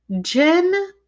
Jen